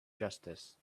justice